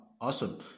Awesome